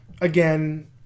again